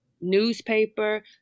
newspaper